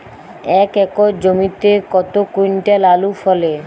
এক একর জমিতে কত কুইন্টাল আলু ফলে?